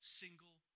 single